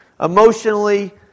emotionally